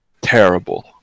Terrible